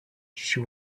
she